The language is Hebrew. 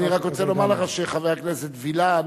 אני רק רוצה לומר לך שחבר הכנסת וילן,